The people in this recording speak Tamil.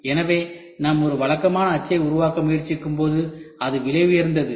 எனவே நாம் ஒரு வழக்கமான அச்சை உருவாக்க முயற்சிக்கும்போது அது விலை உயர்ந்தது